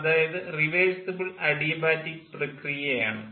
അതായത് reversible adiabatic പ്രക്രിയ ആണ്